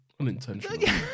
unintentional